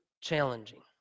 challenging